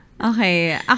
okay